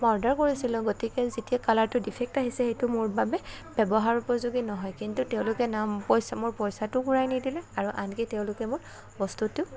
মই অৰ্ডাৰ কৰিছিলোঁ গতিকে যেতিয়া কালাৰটো ডিফেক্ট আহিছে সেইটো মোৰ বাবে ব্যৱহাৰ উপযোগী নহয় কিন্তু তেওঁলোকে না পইচা মোৰ পইচাটো ঘূৰাই নিদিলে আৰু আনকি তেওঁলোকে মোক বস্তুটো